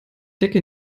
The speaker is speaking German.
decke